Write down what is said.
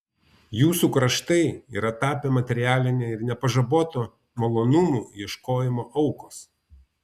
jūsų kraštai yra tapę materialinio ir nepažaboto malonumų ieškojimo aukos